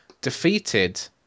defeated